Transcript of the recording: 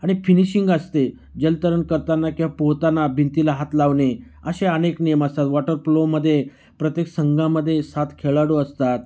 आणि फिनिशिंग असते जलतरण करताना किंवा पोहताना भिंतीला हात लावणे असे अनेक नियम असतात वॉटर प्लोमध्ये प्रत्येक संघामध्ये सात खेळाडू असतात